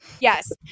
Yes